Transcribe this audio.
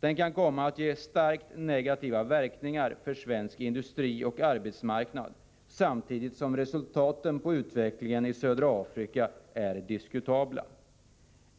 Den kan komma att ge starkt negativa verkningar för svensk industri och arbetsmarknad, samtidigt som resultaten på utvecklingen i södra Afrika är diskutabla.